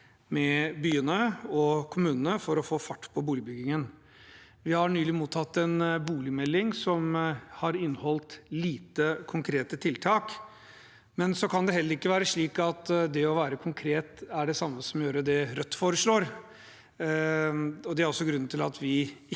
med byene og kommunene for å få fart på boligbyggingen. Vi har nylig mottatt en boligmelding som inneholdt lite av konkrete tiltak. Det kan heller ikke være slik at det å være konkret er det samme som å gjøre det Rødt foreslår. Det er også grunnen til at vi ikke